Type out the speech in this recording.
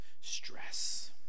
stress